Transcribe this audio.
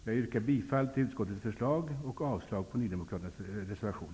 Jag yrkar bifall till utskottets hemställan och avslag på Nydemokraternas reservation.